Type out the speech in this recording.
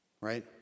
right